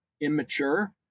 immature